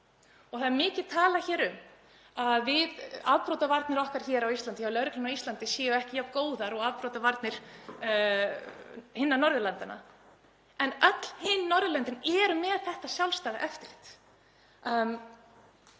Það er mikið talað hér um að afbrotavarnir okkar hér á Íslandi, hjá lögreglunni á Íslandi, séu ekki jafn góðar og afbrotavarnir annarra Norðurlanda en öll hin Norðurlöndin eru með þetta sjálfstæða eftirlit.